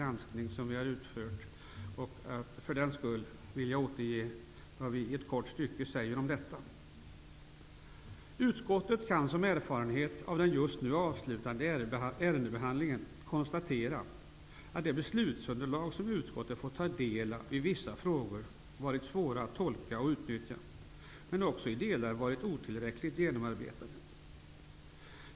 Utskottet anför följande om detta: ''Utskottet kan som en erfarenhet av den just avslutade ärendeberedningen konstatera att det beslutsunderlag som utskottet fått ta del av i vissa frågor varit svårt att tolka och utnyttja men också i delar varit otillräckligt genomarbetat.